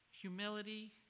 humility